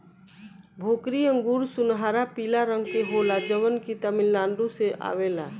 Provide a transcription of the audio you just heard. भोकरी अंगूर सुनहरा पीला रंग के होला जवन की तमिलनाडु से आवेला